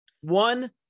One